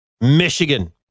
Michigan